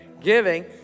giving